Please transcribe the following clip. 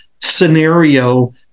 scenario